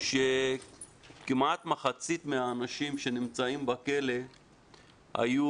שכמעט מחצית מהאנשים שנמצאים בכלא היו